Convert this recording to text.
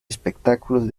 espectáculos